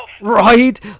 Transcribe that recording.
Right